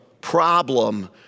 problem